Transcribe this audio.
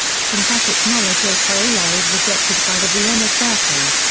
synthetic knowledge a priori is rejected by the vienna circle.